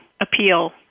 appeal